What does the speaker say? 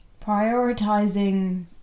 prioritizing